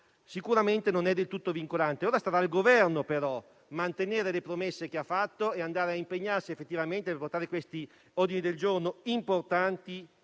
sicuramente non è del tutto vincolante. Ora sarà il Governo però a dover mantenere le promesse che ha fatto e a impegnarsi effettivamente nell'accogliere questi ordini del giorno importanti.